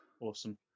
Awesome